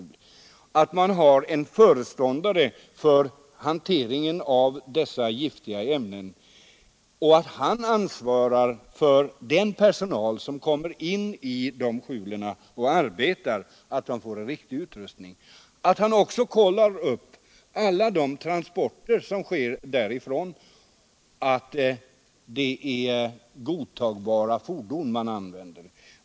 Vidare skulle man kunna ha en föreståndare för hanteringen av dessa giftiga ämnen och han skulle också ansvara för att den personal som arbetar i dessa skjul får en riktig utrustning. Han skulle också kontrollera att alla transporter från skjulen sker med godtagbara fordon.